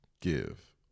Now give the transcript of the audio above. give